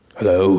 Hello